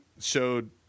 showed